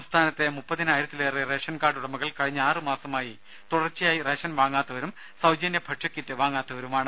സംസ്ഥാനത്തെ മുപ്പതിനായിരത്തിലേറെ ration card ഉടമകൾ കഴിഞ്ഞ ആറ് മാസമായി തുടർച്ചയായി റേഷൻ വാങ്ങാത്തവരും സൌജന്യ ഭക്ഷ്യകിറ്റ് വാങ്ങാത്തവരുമാണ്